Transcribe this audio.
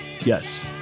Yes